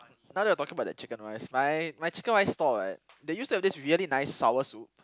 now that we're talking about chicken-rice my my chicken-rice stall right they used to have this very nice sour soup